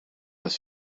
was